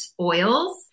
oils